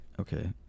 Okay